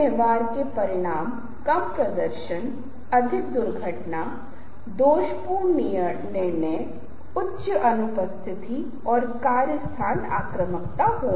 जिस स्थिति में मैं उन्हें एक विराम देता हूं और वे वापस आ जाते हैं और फिर हमारे पास एक बेहतर सत्र होता है